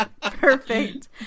Perfect